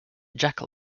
jackal